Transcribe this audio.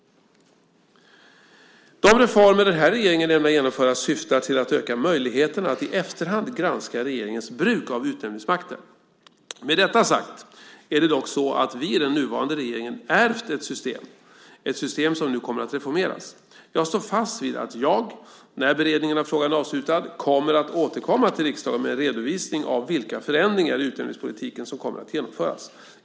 De reformer regeringen ämnar genomföra syftar till att öka möjligheterna att i efterhand granska regeringens bruk av utnämningsmakten. Med detta sagt är det dock så att vi i den nuvarande regeringen ärvt ett system, ett system som nu kommer att reformeras. Jag står fast vid att jag, när beredningen av frågan är avslutad, återkommer till riksdagen med en redovisning av vilka förändringar i utnämningspolitiken som kommer att genomföras.